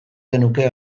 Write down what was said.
genuke